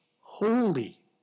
holy